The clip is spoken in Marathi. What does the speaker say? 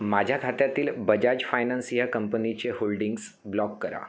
माझ्या खात्यातील बजाज फायनान्स या कंपनीचे होल्डिंग्स ब्लॉक करा